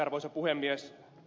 arvoisa puhemies